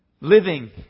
living